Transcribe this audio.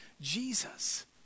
Jesus